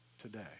today